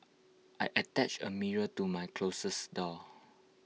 I attached A mirror to my closet door